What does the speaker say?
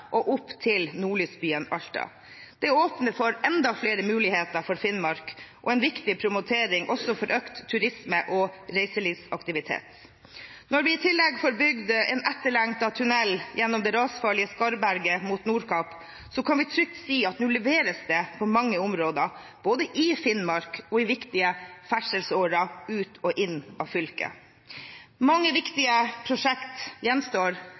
og opp til nordlysbyen Alta. Det åpner for enda flere muligheter for Finnmark og er en viktig promotering også for økt turisme og reiselivsaktivitet. Når vi i tillegg får bygd en etterlengtet tunnel gjennom det rasfarlige Skarvberget mot Nordkapp, kan vi trygt si at nå leveres det på mange områder, både i Finnmark og i viktige ferdselsårer ut og inn av fylket. Mange viktige prosjekt gjenstår,